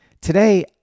Today